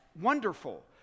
wonderful